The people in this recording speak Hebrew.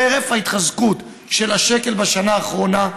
חרף ההתחזקות של השקל בשנה האחרונה,